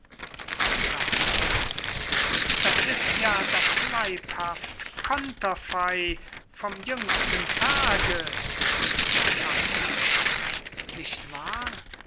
daniel das ist ja das leibhafte konterfey vom jüngsten tage franz nicht wahr